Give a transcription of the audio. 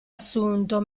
assunto